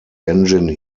engine